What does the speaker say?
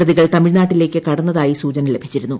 പ്രതികൾ തമിഴ്നാട്ടിലേക്ക് കടന്നതായി സ്ട്രൂപന് ലഭിച്ചിരുന്നു